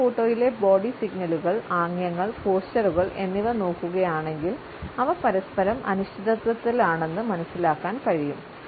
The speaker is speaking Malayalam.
ആദ്യ ഫോട്ടോയിലെ ബോഡി സിഗ്നലുകൾ ആംഗ്യങ്ങൾ പോസ്ചറുകൾ എന്നിവ നോക്കുകയാണെങ്കിൽ അവ പരസ്പരം അനിശ്ചിതത്വത്തിലാണെന്ന് മനസ്സിലാക്കാൻ കഴിയും